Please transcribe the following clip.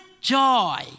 joy